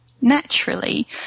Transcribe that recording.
naturally